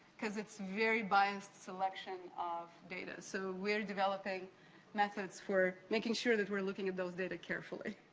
cause it's very biased selection of data. so, we're developing methods for making sure that we're looking at those data carefully.